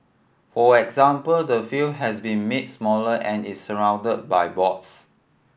for example the field has been made smaller and is surrounded by boards